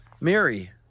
Mary